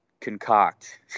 concoct